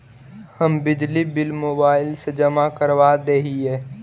हम बिजली bill mobile से जमा करवा देहियै?